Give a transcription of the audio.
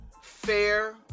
fair